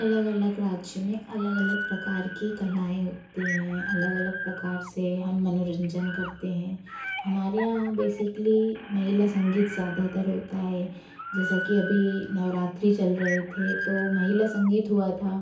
अलग अलग राज्य में अलग अलग प्रकार की कलाएं होती हैं अलग अलग प्रकार से हम मनोरंजन करते हैं हमारे यहाँ बेसिकली महिला संगीत ज़्यादातर होता है जैसा कि अभी नवरात्रि चल रहे थे तो महिला संगीत हुआ था